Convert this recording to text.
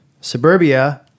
suburbia